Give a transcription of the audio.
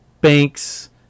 banks